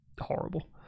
horrible